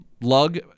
lug